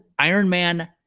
Ironman